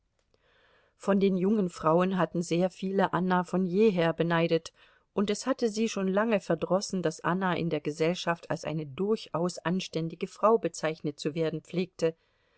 von den jungen frauen hatten sehr viele anna von jeher beneidet und es hatte sie schon lange verdrossen daß anna in der gesellschaft als eine durchaus anständige frau bezeichnet zu werden pflegte